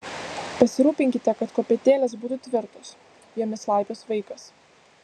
pasirūpinkite kad kopėtėlės būtų tvirtos jomis laipios vaikas